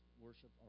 worship